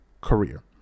career